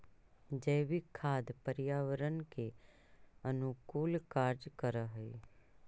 जैविक खाद पर्यावरण के अनुकूल कार्य कर हई